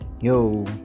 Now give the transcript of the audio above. yo